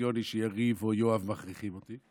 אופוזיציוני ויריב או יואב מכריחים אותי,